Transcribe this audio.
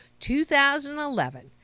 2011